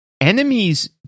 enemies